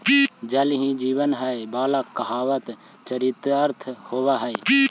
जल ही जीवन हई वाला कहावत चरितार्थ होइत हई